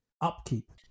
upkeep